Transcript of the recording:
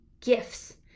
gifts